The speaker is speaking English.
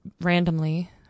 randomly